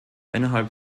innerhalb